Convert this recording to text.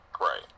Right